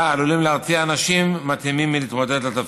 עלולים להרתיע אנשים מתאימים מלהתמודד על התפקיד.